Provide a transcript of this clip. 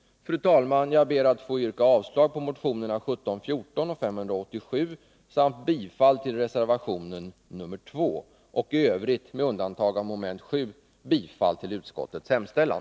Fru talman! Jag ber att få yrka avslag på motionerna 1714 och 587 samt bifall till reservation 2. I övrigt, med undantag av mom. 7, yrkar jag bifall till utskottets hemställan.